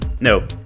no